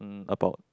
about